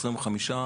25,